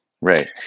Right